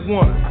one